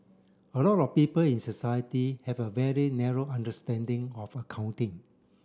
a lot of people in society have a very narrow understanding of accounting